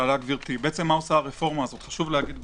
שאלה גברתי מה הרפורמה הזאת עושה.